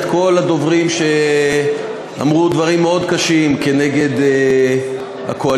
כל הדוברים שאמרו דברים מאוד קשים כנגד הקואליציה.